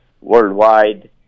worldwide